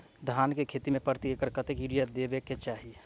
धान केँ खेती मे प्रति एकड़ कतेक यूरिया देब केँ चाहि?